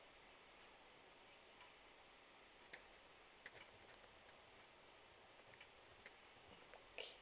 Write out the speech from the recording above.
okay